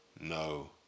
No